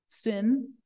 sin